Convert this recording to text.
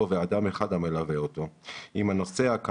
גם הובהר שהמחזות האלה של שימוש שלא על פי סמכות